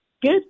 Good